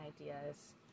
ideas